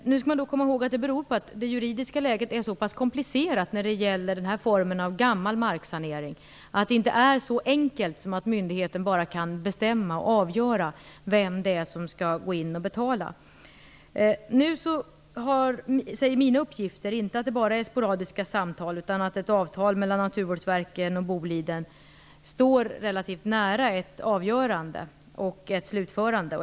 Man måste dock komma ihåg att detta beror på att det juridiska läget är så pass komplicerat när det gäller den här formen av gammal marksanering. Det är inte så enkelt att myndigheten bara kan bestämma och avgöra vem det är som skall gå in och betala. Enligt mina uppgifter handlar det nu inte bara om sporadiska samtal, utan ett avtal mellan Naturvårdsverket och Boliden tycks ligga relativt nära ett avgörande och slutförande.